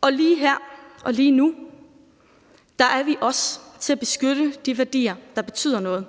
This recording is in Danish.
Og lige her og lige nu er vi os til at beskytte de værdier, der betyder noget.